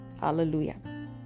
Hallelujah